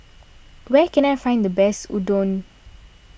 where can I find the best Oden